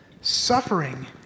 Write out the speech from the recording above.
suffering